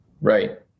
Right